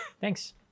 Thanks